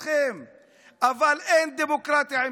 אנחנו יחד איתכם,